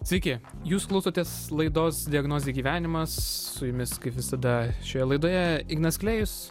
sveiki jūs klausotės laidos diagnozė gyvenimas su jumis kaip visada šioje laidoje ignas klėjus